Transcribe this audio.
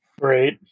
Great